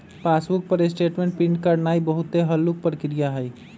passbook पर statement print करानाइ बहुते हल्लुक प्रक्रिया हइ